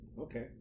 Okay